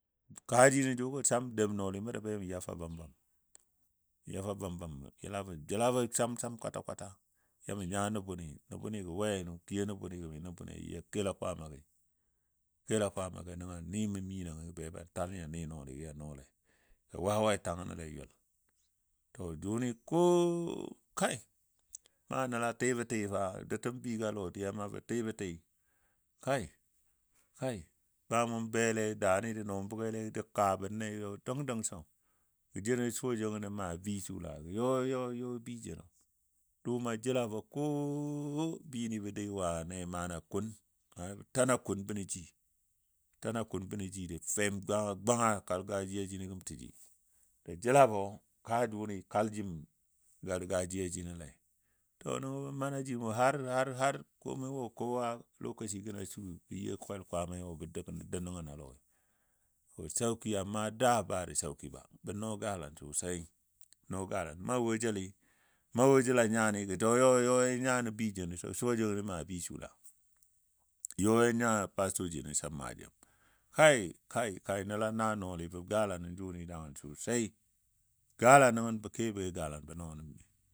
Kaaji nən jʊgɔ sam dem nɔɔli məndi be mə ya fou bambam ya fou bambam yəla mə jilabɔ sam sam kwata kwata ya mə nya nəbuni, nəbuni gɔ we nə kiyo nəbuni gəmi. Nəbuni yɨ a kela kwaamagi nəngɔ ni mim nyinong beban tal nyo n nɨ nɔɔligɔ ya nɔɔle ya wawai tagənɔle a yʊl. To jʊ ko kai na nəla tɨbɔ tɨ fa doutəm bɨgɔ a lodiya ma bə tɨbɔ tɨ, kai kai na mun bele daani jə nɔɔm bʊgele da kaa ɓənde gɔ jeno jə suwa jəngo jə maa bi sulaa, yɔ yɔ yɔ bi jeno dʊʊ jəlabɔ koo bi ni bə doui wani mana kun, mana bə ta na kun bənɔ ji, tana kun bənɔ ji. Ja fem gwanga gwanga gargajiya jino gəm təji. Ja jəlabɔ kaa jʊni kal jim gargajiya jinolei to, nəngo bə mana jim wo har har har komai wo kowa lokaci gənɔ a sui bə yol kel kwaama bə dou nən a lɔi to sauki amma da bada sauki ba, bə nɔɔ galan sosai nɔɔ galan. Maawo jəlle na wo jəl nyani gə to yɔ yɔ nya nə bɨ jeno sɔ, suwa jengo jə maa bi sula. Yɔ ya nya pastor jeno sa maa jem. Kai kai kai nəlla naa nɔɔli bə gala nən jʊni dagən sosai, gala nəngən kebɔ be galan bə nɔɔ nən.